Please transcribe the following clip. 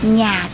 nhà